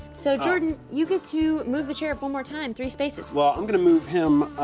so jordan, you get to move the sheriff one more time, three spaces. well, i'm gonna move him